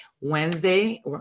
Wednesday